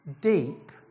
deep